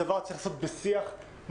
הדבר צריך להיעשות בשיח מתמיד,